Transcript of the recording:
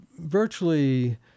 virtually